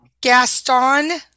Gaston